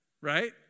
right